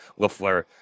Lafleur